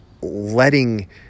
letting